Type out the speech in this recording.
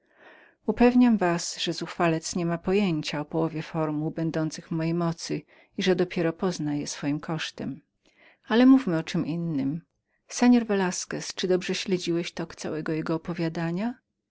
upewniam was że zuchwalec nie ma pojęcia o połowie formuł będących w mojej mocy i że dopiero pozna je swoim kosztem ale mówmy o czem innem panie velasquez czy dobrze uważałeś na całe jego opowiadanie